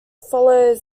follow